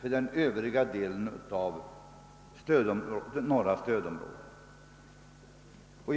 för den övriga delen av norra stödområdet.